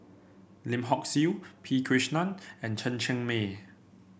Lim Hock Siew P Krishnan and Chen Cheng Mei